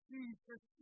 Jesus